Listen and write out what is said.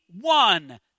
one